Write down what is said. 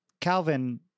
Calvin